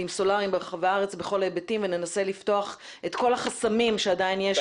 סולריים ברחבי הארץ בכל ההיבטים וננסה לפתוח את כל החסמים שעדיין יש.